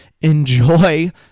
enjoy